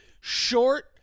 Short